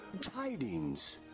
tidings